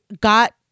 got